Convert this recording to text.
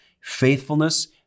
faithfulness